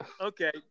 okay